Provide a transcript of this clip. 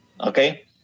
Okay